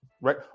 right